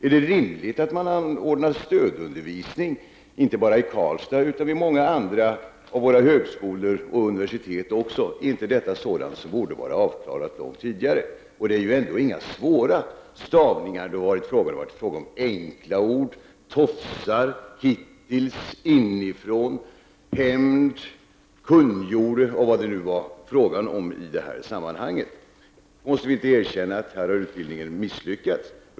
Är det rimligt att man anordnar stödundervisning, inte bara i Karlstad utan även på många andra av våra högskolor och universitet? Är inte detta sådant som borde vara avklarat långt tidigare? Det är ju inga särskilt svårstavade ord det har varit fråga om, utan det gäller enkla ord som tofsar, hittills, inifrån, hämnd, kungjorde osv. Måste vi inte erkänna att här har utbildningen misslyckats?